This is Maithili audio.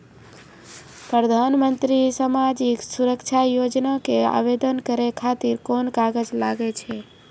प्रधानमंत्री समाजिक सुरक्षा योजना के आवेदन करै खातिर कोन कागज लागै छै?